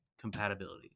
compatibility